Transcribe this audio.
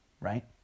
right